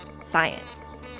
Science